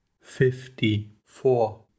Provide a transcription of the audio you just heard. fifty-four